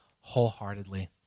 wholeheartedly